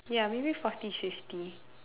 ya maybe forty fifty